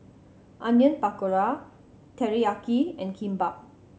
Onion Pakora Teriyaki and Kimbap